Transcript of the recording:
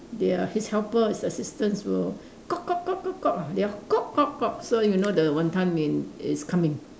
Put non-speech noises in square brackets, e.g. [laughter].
they are his helpers assistants will [noise] their [noise] so you know their Wanton-Mian is coming